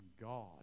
God